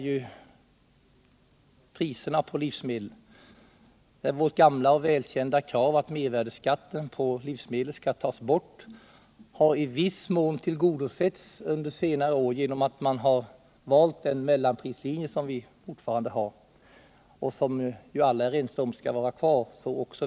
Vpk:s gamla och välkända krav att mervärdeskatten på livsmedel skall tas bort har i viss mån tillgodosetts under senare år genom att man valt en mellanprislinje, som vi alla är överens om skall vara kvar.